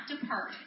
depart